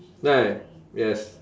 yes